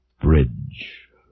Bridge